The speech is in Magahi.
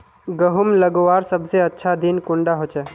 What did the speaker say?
गहुम लगवार सबसे अच्छा दिन कुंडा होचे?